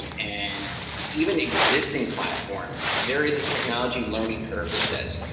um and even existing platforms, there is a technology learning curve with this.